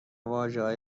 واژههای